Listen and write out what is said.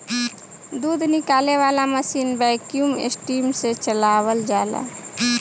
दूध निकाले वाला मशीन वैक्यूम सिस्टम से चलावल जाला